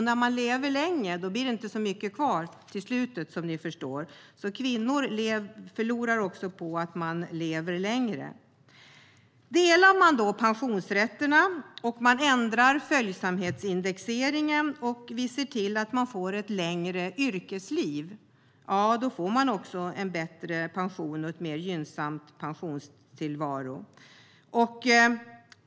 När man lever länge blir det inte mycket kvar till slutet, som ni förstår. Kvinnor förlorar på att de lever längre. Delar man pensionsrätterna, ändrar följsamhetsindexeringen och ser till att alla får ett längre yrkesliv får vi en bättre pension och en mer gynnsam pensionstillvaro.